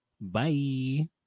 Bye